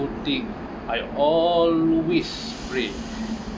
thing I always pray